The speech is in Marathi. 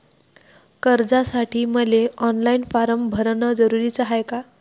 कर्जासाठी मले ऑनलाईन फारम भरन जरुरीच हाय का?